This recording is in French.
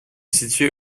situé